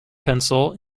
pencil